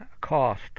cost